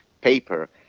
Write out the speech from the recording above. paper